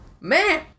Man